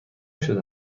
شده